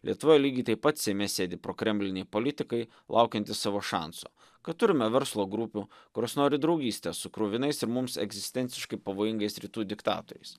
lietuvoje lygiai taip pat seime sėdi prokremliniai politikai laukiantys savo šanso kad turime verslo grupių kurios nori draugystės su kruvinais ir mums egzistenciškai pavojingais rytų diktatoriais